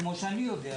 כמו שאני יודע,